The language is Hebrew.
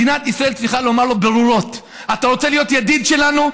מדינת ישראל צריכה לומר לו ברורות: אתה רוצה להיות ידיד שלנו?